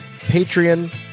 Patreon